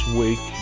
week